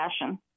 fashion